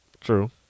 True